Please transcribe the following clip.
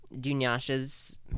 Dunyasha's